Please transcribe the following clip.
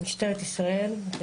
משטרת ישראל, בבקשה.